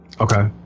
Okay